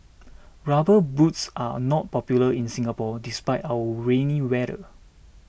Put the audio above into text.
rubber boots are not popular in Singapore despite our rainy weather